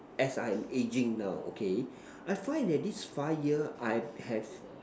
as I'm aging now okay I find that this five year I have